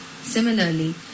Similarly